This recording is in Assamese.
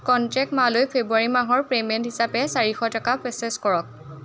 কন্টেক্ট মা লৈ ফেব্ৰুৱাৰী মাহৰ পে'মেণ্ট হিচাপে চাৰিশ টকা প্ৰ'চেছ কৰক